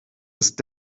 ist